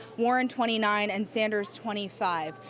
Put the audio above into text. warren twenty nine and sanders twenty five.